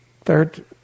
third